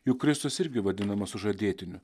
juk kristus irgi vadinamas sužadėtiniu